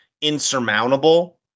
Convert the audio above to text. insurmountable